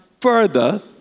further